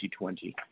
2020